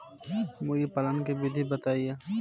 मुर्गीपालन के विधी बताई?